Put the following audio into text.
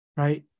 Right